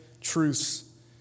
truths